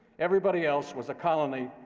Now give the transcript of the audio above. everybody else was a colony,